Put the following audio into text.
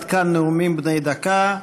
עד כאן נאומים בני דקה.